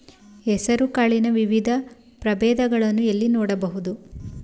ಹೆಸರು ಕಾಳಿನ ವಿವಿಧ ಪ್ರಭೇದಗಳನ್ನು ಎಲ್ಲಿ ನೋಡಬಹುದು?